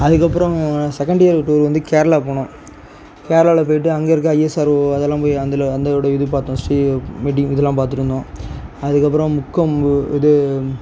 அதற்கப்பறம் செகண்ட் இயர்க்கு டூர் வந்து கேரளா போனோம் கேரளாவில போயிவிட்டு அங்கே இருக்க ஐஎஸ்ஆர்ஓ அதெல்லாம் போய் அதில் அந்ததோட இது பார்த்தோம் சிஓ மீட்டிங் இதெலாம் பார்த்துட்டு வந்தோம் அதற்கப்பறம் முக்கொம்பு இது